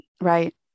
right